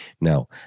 Now